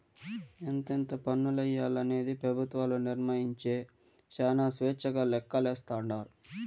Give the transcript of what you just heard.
ఎంతెంత పన్నులెయ్యాలనేది పెబుత్వాలు నిర్మయించే శానా స్వేచ్చగా లెక్కలేస్తాండారు